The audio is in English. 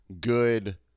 good